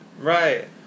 Right